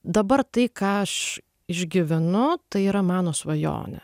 dabar tai ką aš išgyvenu tai yra mano svajonė